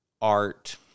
art